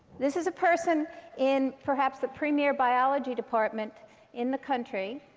this is a person in perhaps the premier biology department in the country.